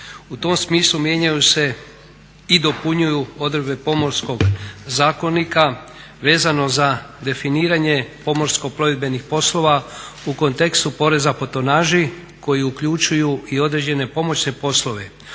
U tom smislu mijenjaju se i dopunjuju odredbe Pomorskog zakonika vezano za definiranje pomorsko plovidbenih poslova u kontekstu poreza po tonaži koji uključuju i određene pomoćne poslove